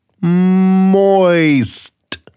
Moist